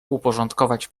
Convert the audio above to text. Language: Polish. uporządkować